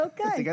Okay